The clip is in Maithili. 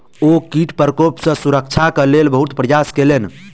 ओ कीट प्रकोप सॅ सुरक्षाक लेल बहुत प्रयास केलैन